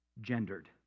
gendered